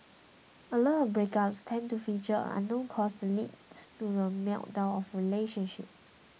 a lot of breakups tend to feature an unknown cause the lead to the meltdown of a relationship